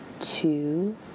Two